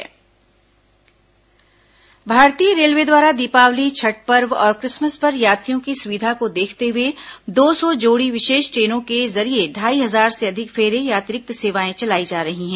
special train भारतीय railway द्वारा दीपावली छठ पर्व और क्रिसमस पर यात्रियों की विधा को देखते हुए दो सौ जोड़ी विशेष ट्रेनों के जरिये ढ़ाई हजार से अधिक फेरे या अतिरिक्त सेवाएं चलाई जा रही हैं